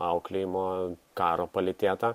auklėjimo karo palytėta